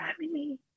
family